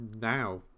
now